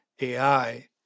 AI